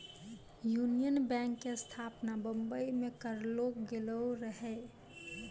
union Bank के स्थापना बंबई मे करलो गेलो रहै